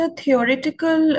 theoretical